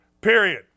period